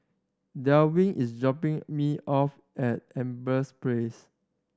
Delwin is dropping me off at Empress Place